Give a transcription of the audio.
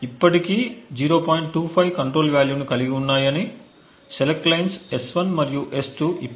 25 control వాల్యూను కలిగి ఉన్నాయని సెలెక్ట్ లైన్స్ S1 మరియు S2 ఇప్పటికీ 0